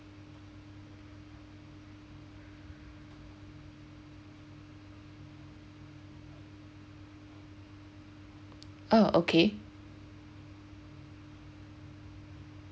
oh okay